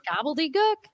gobbledygook